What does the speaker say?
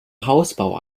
hausbau